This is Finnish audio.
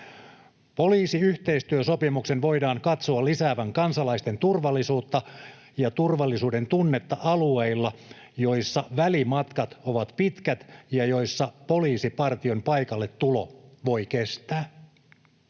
Poliisiyhteistyösopimuksen voidaan katsoa lisäävän kansalaisten turvallisuutta ja turvallisuudentunnetta alueilla, joissa välimatkat ovat pitkät ja joissa poliisipartion paikalle tulo voi kestää.